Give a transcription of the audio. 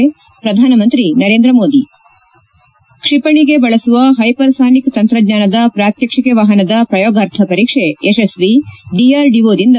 ಶ್ರಧಾನಮಂತ್ರಿ ನರೇಂದ್ರ ಮೋದಿ ಕ್ಷಿಪಣಿಗೆ ಬಳಸುವ ಷೈಪರ್ಸಾನಿಕ್ ತಂತ್ರಜ್ಞಾನದ ಪ್ರಾತ್ನಕ್ಷಿಕೆ ವಾಹನದ ಪ್ರಯೋಗಾರ್ಥ ಪರೀಕ್ಷೆ ಯಶಸ್ವಿ ಡಿಆರ್ಡಿಒದಿಂದ